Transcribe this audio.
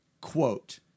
quote